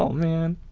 um man.